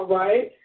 right